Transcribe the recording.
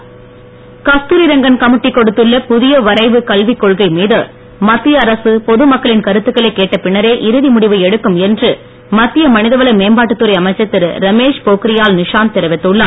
முக்கிய கல்வி கொள்கை கஸ்தூரி ரங்கன் கமிட்டி கொடுத்துள்ள புதிய வரைவு கல்விக் கொள்கை மீது மத்திய அரசு பொது மக்களின் கருத்துக்களை கேட்ட பின்னரே இறுதி முடிவு எடுக்கும் என்று மத்திய மனிதவள மேம்பாட்டுத்துறை அமைச்சர் திரு ரமேஷ் போக்கிரியால் நிஷாந்த் தெரிவித்துள்ளார்